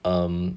um